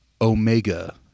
Omega